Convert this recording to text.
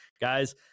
guys